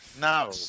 No